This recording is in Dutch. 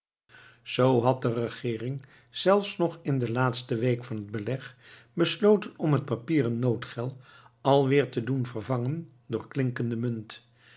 zoo had de regeering zelfs nog in de laatste week van het beleg besloten om het papieren noodgeld alweer te doen vervangen door klinkende munt